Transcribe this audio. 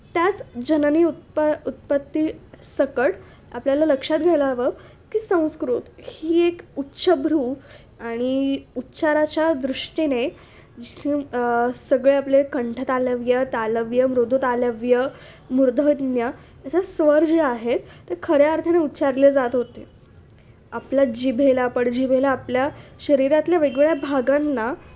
त्याच जननी उत्प उत्पत्ती सकट आपल्याला लक्षात घ्यायला हवं की संस्कृत ही एक उच्चभ्रू आणि उच्चाराच्या दृष्टीने जिथे सगळे आपले कंठ तालव्य तालव्य मृदु तालव्य मूर्धज्ञ असे स्वर जे आहेत ते खऱ्या अर्थाने उच्चारले जात होते आपल्या जिभेला पडजिभेला आपल्या शरीरातल्या वेगवेगळ्या भागांना